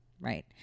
right